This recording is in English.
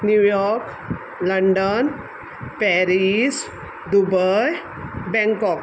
New York London Paris Dubai Bangkok